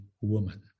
woman